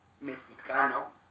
mexicano